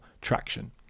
traction